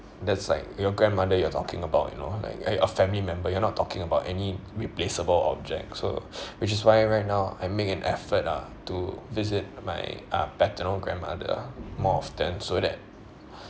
that's like your grandmother you're talking about you know like a a family member you're not talking about any replaceable object so which is why right now I make an effort ah to visit my uh paternal grandmother more often so that